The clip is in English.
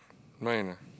nine ah